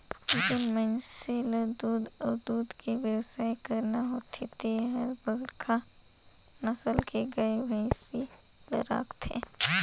जेन मइनसे ल दूद अउ दूद के बेवसाय करना होथे ते हर बड़खा नसल के गाय, भइसी ल राखथे